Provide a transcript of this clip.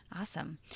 Awesome